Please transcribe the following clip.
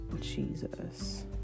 Jesus